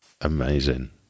Amazing